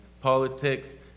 politics